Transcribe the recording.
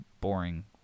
boring